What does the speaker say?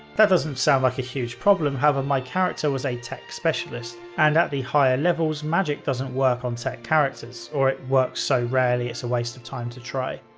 that doesn't sound like a huge problem, however, my character was a tech specialist and at the higher levels, magic doesn't work on tech characters, or it works so rarely it's a waste of time to try.